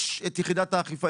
יש את יחידת האכיפה.